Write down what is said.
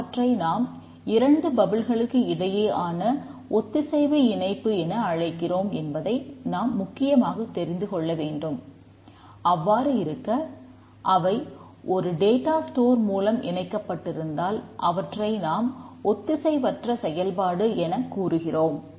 அவை தொடர்ந்து டேட்டா ஸ்டோரின் மூலம் இணைக்கப்பட்டிருந்தால் அவற்றை நாம் ஒத்திசைவற்ற செயல்பாடு எனக் கூறுகிறோம்